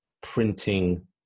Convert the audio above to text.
printing